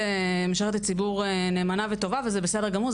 משרתת ציבור נאמנה וטובה וזה בסדר גמור,